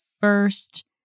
first